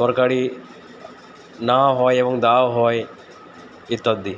তরকারি নেওয়া হয় এবং দেওয়া হয় ইত্যাদি